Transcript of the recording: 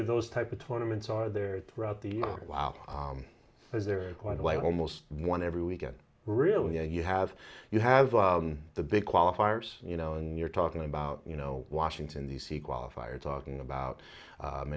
of those type of tournaments are there throughout the wow because there are quite a way almost one every weekend really and you have you have the big qualifiers you know and you're talking about you know washington d c qualifier talking about